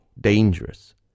dangerous